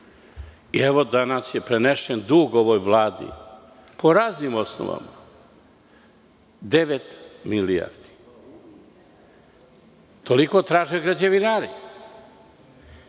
Evo, danas je prenešen dug ovoj vladi po raznim osnovama, devet milijardi. Toliko traže građevinari. Tačno